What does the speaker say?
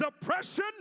depression